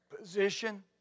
position